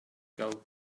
gold